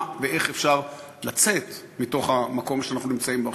מה ואיך אפשר לצאת מתוך המקום שאנחנו נמצאים בו.